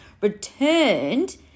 returned